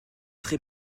très